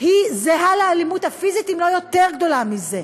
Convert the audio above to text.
זהה לאלימות הפיזית, אם לא יותר גדולה מזה.